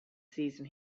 season